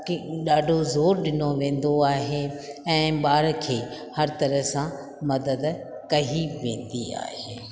के ॾाढो ज़ोर ॾिनो वेंदो आहे ऐं ॿार खे हर तरह मदद कई वेंदी आहे